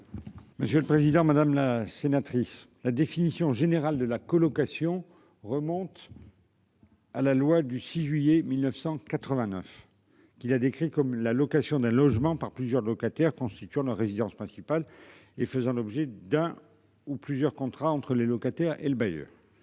Monsieur le président, madame la sénatrice la définition générale de la colocation remonte. Ah, la loi du 6 juillet 1989 qui a décrit comme la location d'un logement par plusieurs locataires constituant la résidence principale et faisant l'objet d'un ou plusieurs contrats entre les locataires et les bailleurs.